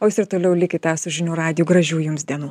o jūs ir toliau likite su žinių radiju gražių jums dienų